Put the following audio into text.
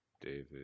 David